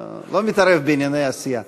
אני לא רוצה להתערב בענייני הסיעה.